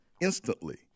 instantly